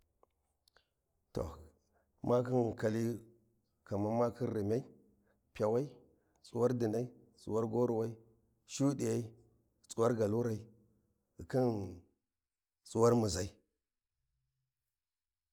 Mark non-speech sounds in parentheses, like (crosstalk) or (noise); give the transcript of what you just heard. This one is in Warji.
To ma khin kali kaman ma khin rimya p’awai, tsuwar dinai, tsuwar goruwa, shudiyai, tsuwar galurai ghi khin tsuwar muzai. (noise)